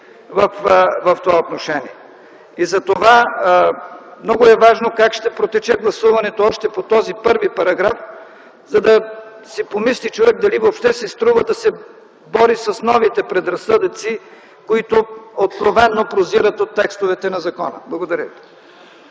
в това отношение. Много е важно как ще протече гласуването още по този първи параграф, за да си помисли човек дали си струва да се бори с новите предразсъдъци, които откровено прозират от текстовете на закона. Благодаря